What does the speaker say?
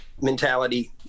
mentality